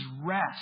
rest